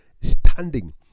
standing